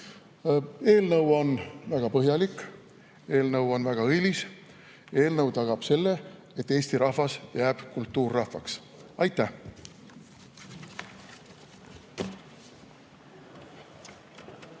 Eelnõu on väga põhjalik, eelnõu on väga õilis, eelnõu tagab selle, et Eesti rahvas jääb kultuurrahvaks. Aitäh!